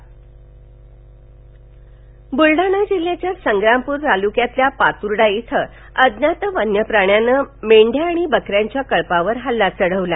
वन्यप्राणी हल्ला बुलढाणा जिल्ह्यातल्या संग्रामपूर तालुक्यातल्या पातुर्डा इथं अज्ञात वन्यप्राण्यानं मेंढ्या आणि बकऱ्यांच्या कळपावर हल्ला चढवला